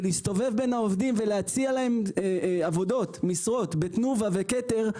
להסתובב בין העובדים ולהציע להם עבודות בתנובה וכתר,